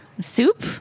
soup